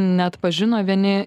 neatpažino vieni